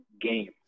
game